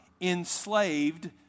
enslaved